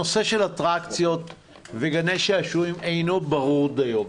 הנושא של אטרקציות וגני שעשועים אינו ברור דיו.